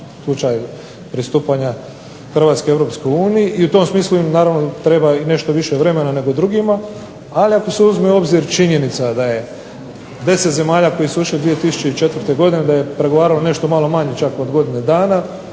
slučaj pristupanja Hrvatske Europskoj uniji i u tom smislu im naravno treba i nešto više vremena nego drugima. Ali ako se uzme u obzir činjenica da je 10 zemalja koje su ušle 2004. godine da je pregovaralo nešto malo manje čak od godine dana,